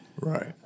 right